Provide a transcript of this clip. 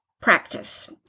practice